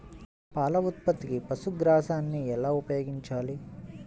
పాల ఉత్పత్తికి పశుగ్రాసాన్ని ఎలా ఉపయోగించాలి?